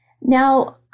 Now